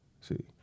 See